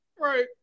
Right